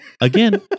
Again